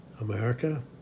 America